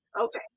Okay